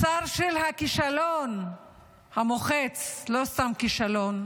לשר של הכישלון המוחץ, לא סתם כישלון,